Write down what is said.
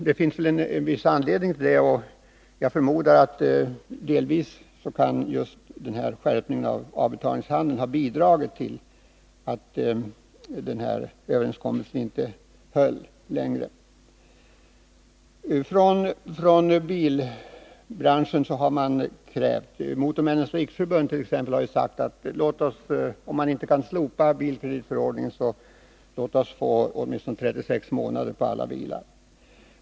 Det finns väl många orsaker till det, men jag förmodar att just skärpningen av avbetalningshandeln delvis kan ha bidragit till att överenskommelsen inte höll längre. Olika krav har i det här sammanhanget framförts från bilbranschen. Exempelvis har Motormännens riksförbund sagt att om inte bilkreditförordningen kan slopas, så låt oss åtminstone få en avbetalningstid på 36 månader för alla bilar.